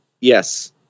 Yes